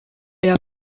air